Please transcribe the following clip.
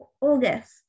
August